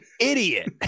idiot